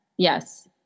Yes